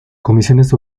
comisiones